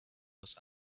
was